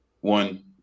one